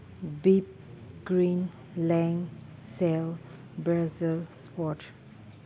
beep ꯀ꯭ꯔꯤꯟ ꯂꯦꯡ ꯁꯦꯜ ꯕ꯭ꯔꯖꯜꯁ ꯏꯁꯄꯣꯔꯠ